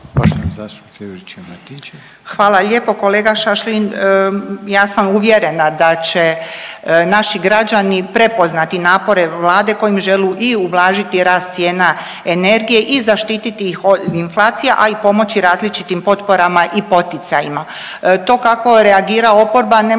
Hvala lijepo. Kolega Šašlin, ja sam uvjerena da će naši građani prepoznati napore Vlade kojim želu i ublažiti rast cijena energije i zaštiti ih od inflacija, a i pomoći različitim potporama i poticajima. To kako reagira oporba ne